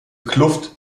kluft